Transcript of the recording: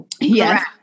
Yes